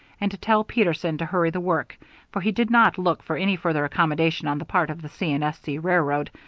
and to tell peterson to hurry the work for he did not look for any further accommodation on the part of the c. and s. c. railroad,